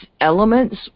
elements